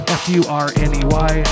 f-u-r-n-e-y